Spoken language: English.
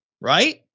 right